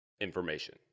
information